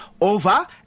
over